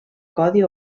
codi